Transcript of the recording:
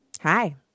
Hi